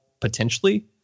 potentially